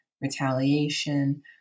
retaliation